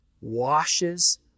washes